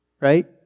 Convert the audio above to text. right